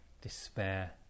despair